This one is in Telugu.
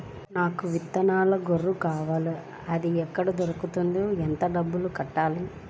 నాకు విత్తనం గొర్రు కావాలి? అది ఎక్కడ దొరుకుతుంది? ఎంత డబ్బులు కట్టాలి?